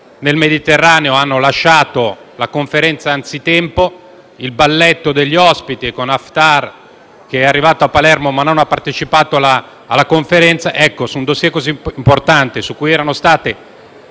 del Mediterraneo hanno lasciato la Conferenza anzitempo. C’è stato poi il balletto degli ospiti, con Haftar che è arrivato a Palermo, ma non ha partecipato alla Conferenza. Su un dossier così importante, su cui era stata